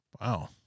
Wow